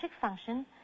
function